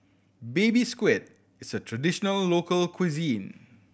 Baby Squid is a traditional local cuisine